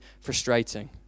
frustrating